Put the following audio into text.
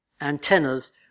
antennas